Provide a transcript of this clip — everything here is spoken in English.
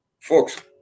Folks